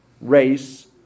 race